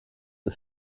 the